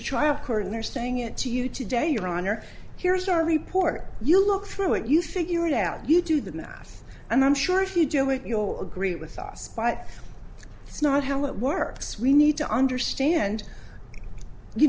trial court and they're saying it to you today your honor here's our report you look through it you figure it out you do the math and i'm sure if you do it you know agree with us but that's not how it works we need to understand you